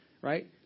Right